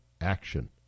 Action